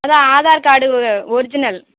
அதான் Aadhaar card original